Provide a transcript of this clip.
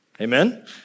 Amen